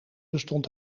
bestond